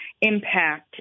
impact